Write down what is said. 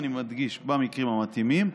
אני מדגיש: במקרים המתאימים,